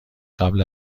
قبل